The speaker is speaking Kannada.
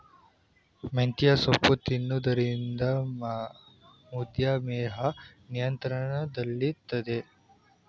ಮೆಂತ್ಯೆ ಸೊಪ್ಪು ತಿನ್ನೊದ್ರಿಂದ ಮಧುಮೇಹ ನಿಯಂತ್ರಣದಲ್ಲಿಡ್ತದೆ